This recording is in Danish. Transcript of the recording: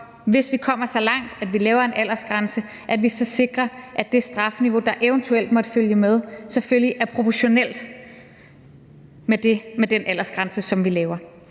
hvis vi kommer så langt, at vi laver en aldersgrænse, at vi så sikrer, at det strafniveau, der eventuelt måtte følge med, selvfølgelig er proportionalt med den aldersgrænse, som vi laver.